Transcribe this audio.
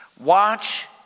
Watch